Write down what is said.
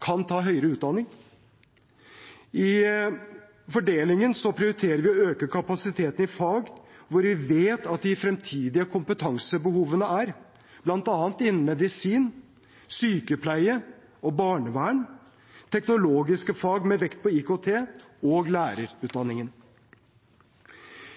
kan ta høyere utdanning. I fordelingen prioriterer vi å øke kapasiteten i fag der vi vet at de fremtidige kompetansebehovene er, bl.a. innen medisin, sykepleie, barnevern, teknologiske fag med vekt på IKT og lærerutdanning.